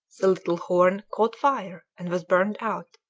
the little horn caught fire and was burnt out,